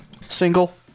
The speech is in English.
Single